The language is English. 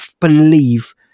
believe